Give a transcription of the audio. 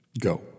Go